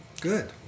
Good